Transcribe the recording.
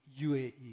UAE